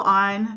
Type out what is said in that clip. on